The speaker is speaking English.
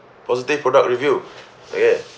positive product review okay